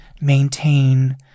maintain